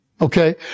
Okay